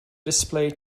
display